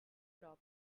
prop